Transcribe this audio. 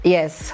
Yes